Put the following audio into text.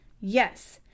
Yes